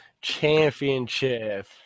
Championship